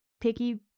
picky